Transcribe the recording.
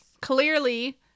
clearly